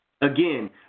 Again